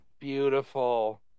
Beautiful